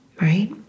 right